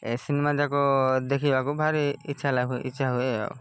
ଏ cinema ଯାକ ଦେଖିବାକୁ ଭାରି ଇଚ୍ଛା ଲାଗୁ ଇଚ୍ଛା ହୁଏ ଆଉ